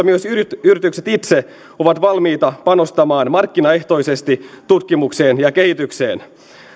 myös yritykset yritykset itse ovat valmiita panostamaan markkinaehtoisesti tutkimukseen ja kehitykseen